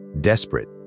Desperate